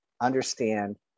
understand